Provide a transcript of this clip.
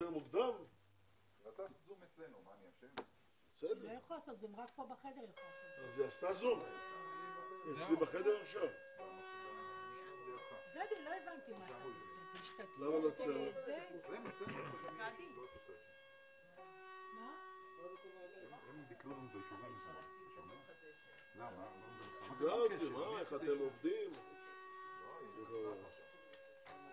10:45.